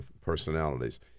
personalities